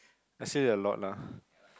I say it a lot lah